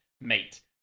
mate